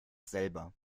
selber